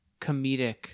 comedic